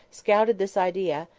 scouted this idea,